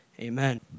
Amen